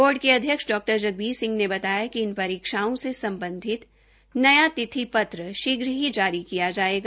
board अध्यक्ष डॉ जगबीर सिंह ने बताया कि इन परीक्षाओं से सम्बन्धित नया तिथि पत्र शीघ्र ही जारी किया जाएगा